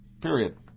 period